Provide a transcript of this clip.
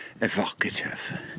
evocative